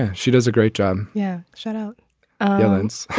she does a great job. yeah. shut out balance.